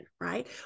right